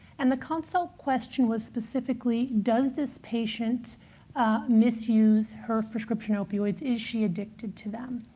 and the consult question was specifically, does this patient misuse her prescription opioids? is she addicted to them?